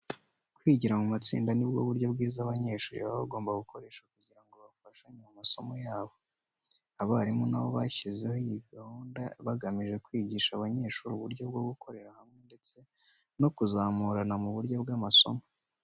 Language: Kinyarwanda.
Kwigira mu matsinda ni bwo buryo bwiza abanyeshuri baba bagomba gukoresha kugira ngo bafashanye mu masomo yabo. Abarimu na bo bashyizeho iyi gahunda bagamije kwigisha abanyeshuri uburyo bwo gukorera hamwe ndetse no kuzamurana mu buryo bw'amasomo.